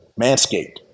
manscaped